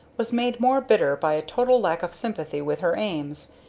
was made more bitter by a total lack of sympathy with her aims,